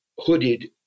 hooded